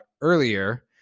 earlier